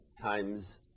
times